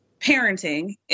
parenting